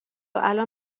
الان